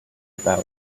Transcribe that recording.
about